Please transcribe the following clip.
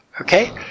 okay